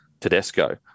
Tedesco